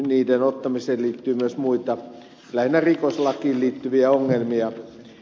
niiden ottamiseen liittyy myös muita lähinnä rikoslakiin liittyviä ongelmia